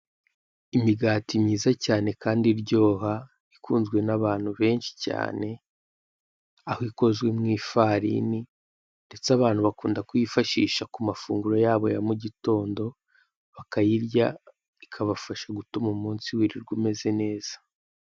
Imigati myiza cyane kandi iryoha, ikunzwe n'abantu benshi cyane, aho ikozwe mu ifarini, ndetse abantu bakunda kuyifashisha ku mafunguro yabo ya mu gitondo, bakayirya, bikabafasha gutuma umunsi wirirwa umeze neza.